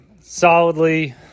solidly